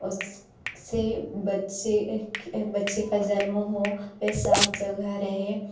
उससे बच्चे के बच्चे का जन्म हो वे साफ जगह रहें